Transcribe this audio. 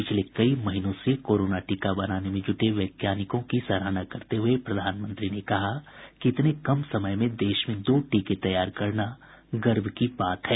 पिछले कई महीनों से कोरोना टीका बनाने में जुटे वैज्ञानिकों की सराहना करते हुए प्रधानमंत्री ने कहा कि इतने कम समय में देश में दो टीके तैयार करना गर्व की बात है